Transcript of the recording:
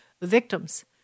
victims